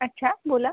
अच्छा बोला